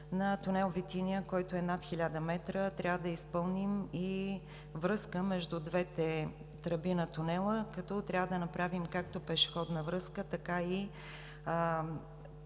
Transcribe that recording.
на тунел „Витиня“, който е над 1000 м, трябва да изпълним и връзка между двете тръби на тунела, като трябва да направим както пешеходна връзка, така и